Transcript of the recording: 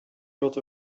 got